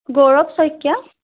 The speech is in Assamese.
গৌৰৱ শইকীয়া